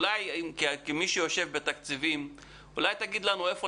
אולי כמי שעוסק בתקציבים אולי תגיד לנו איפה,